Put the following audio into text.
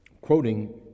quoting